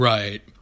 Right